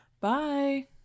Bye